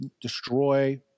destroy